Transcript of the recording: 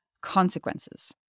consequences